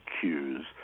cues